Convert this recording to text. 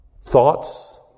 thoughts